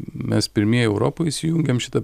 mes pirmieji europoj įsijungėm šitą